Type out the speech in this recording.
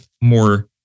more